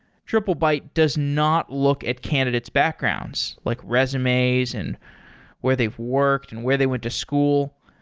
triplebyte does not look at candidate's backgrounds, like resumes and where they've worked and where they went to school.